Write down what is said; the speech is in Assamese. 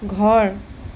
ঘৰ